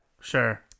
Sure